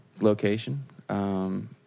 location